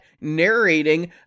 narrating